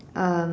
um